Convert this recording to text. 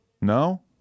No